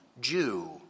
Jew